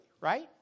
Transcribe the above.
Right